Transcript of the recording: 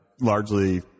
largely